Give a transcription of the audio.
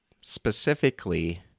specifically